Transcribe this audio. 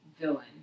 villain